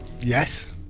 Yes